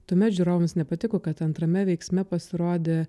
tuomet žiūrovams nepatiko kad antrame veiksme pasirodė